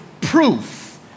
proof